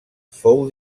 fou